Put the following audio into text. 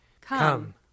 Come